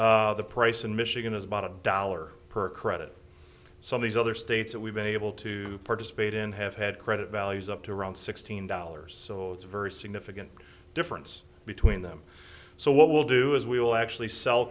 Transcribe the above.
the price in michigan is about a dollar per credit some of these other states that we've been able to participate in have had credit values up to around sixteen dollars so it's very significant difference between them so what we'll do is we will actually sell